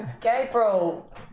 Gabriel